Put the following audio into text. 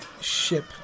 ship